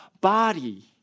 body